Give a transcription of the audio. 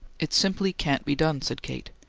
it simply can't be done, said kate,